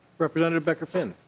representative becker-finn